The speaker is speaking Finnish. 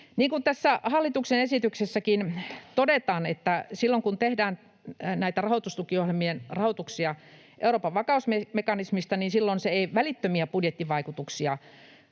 Niin kuin tässä hallituksen esityksessäkin todetaan, niin silloin, kun tehdään näitä rahoitustukiohjelmien rahoituksia Euroopan vakausmekanismista, se ei välittömiä budjettivaikutuksia